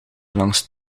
langs